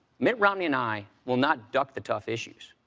mitt romney and i will not duck the tough issues.